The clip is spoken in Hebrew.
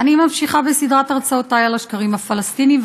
אני ממשיכה בסדרת הרצאותי על השקרים הפלסטיניים,